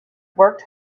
worked